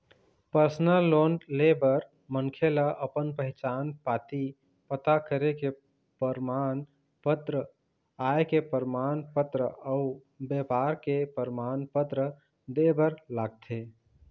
personal loan ले बर मनखे ल अपन पहिचान पाती, पता के परमान पत्र, आय के परमान पत्र अउ बेपार के परमान पत्र दे बर लागथे